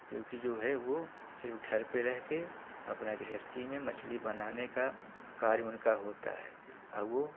क्योंकि जो है वे सिर्फ घर पर रहकर अपना मछली बनाने का कार्य उनका होता है और वे